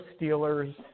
Steelers